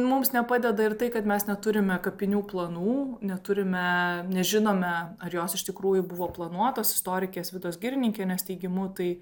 mums nepadeda ir tai kad mes neturime kapinių planų neturime nežinome ar jos iš tikrųjų buvo planuotos istorikės vidos girininkienės teigimu tai